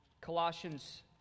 Colossians